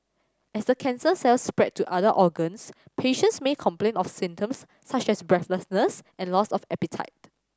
as the cancer cells spread to other organs patients may complain of symptoms such as breathlessness and loss of appetite